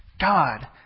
God